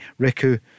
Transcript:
Riku